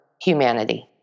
humanity